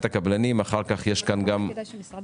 מנכ"ל משרד